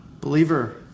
Believer